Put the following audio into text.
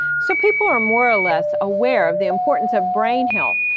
so people are more or less aware of the importance of brain health.